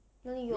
哪里有